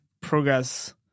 progress